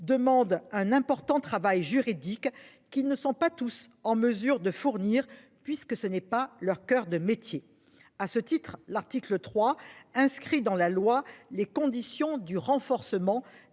demande un important travail juridique qui ne sont pas tous en mesure de fournir, puisque ce n'est pas leur coeur de métier. À ce titre, l'article 3 inscrit dans la loi, les conditions du renforcement